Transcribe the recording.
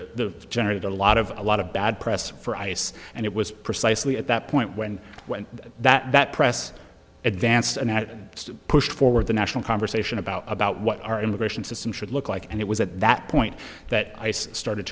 the generated a lot of a lot of bad press for ice and it was precisely at that point when when that press advanced and had to push forward the national conversation about about what our immigration system should look like and it was at that point that ice started